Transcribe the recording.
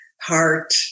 heart